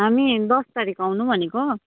हामी दस तारिक आउनु भनेको